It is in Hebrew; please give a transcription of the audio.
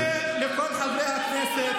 אני פונה לכל חברי הכנסת,